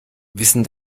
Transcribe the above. wissen